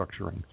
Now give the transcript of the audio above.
structuring